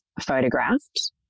photographed